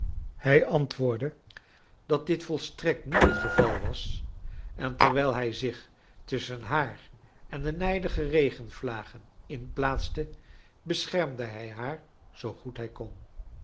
hij antwoordde dat dit volstrekt niet het geval was en terwrjl hij zich tusschen haar en de nijdige regenvlagen in plaatste beschermde hij haar zoo goed hij kon